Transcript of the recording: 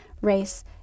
race